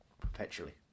perpetually